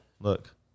look